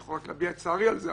אני יכול רק להביע את צערי על זה,